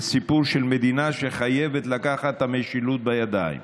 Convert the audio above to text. זה סיפור של מדינה שחייבת לקחת את נהמשילות בידיים.